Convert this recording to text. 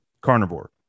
carnivore